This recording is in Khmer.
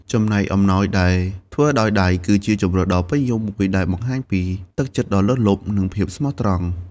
ចំណែកអំណោយដែលធ្វើដោយដៃ គឺជាជម្រើសដ៏ពេញនិយមមួយដែលបង្ហាញពីទឹកចិត្តដ៏លើសលប់ និងភាពស្មោះត្រង់។